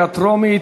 התשע"ד 2014,